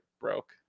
broke